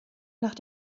nach